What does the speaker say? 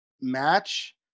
match